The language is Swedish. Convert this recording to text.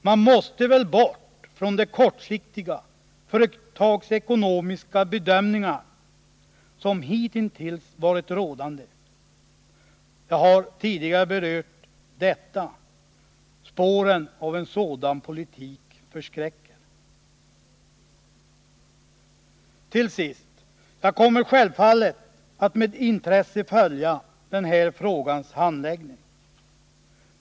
Man måste väl komma bort från de kortsiktiga företagsekonomiska bedömningar som hitintills varit rådande. Jag har tidigare berört detta. Spåren av en sådan politik förskräcker. Till sist. Jag kommer självfallet att med intresse följa den här frågans handläggning.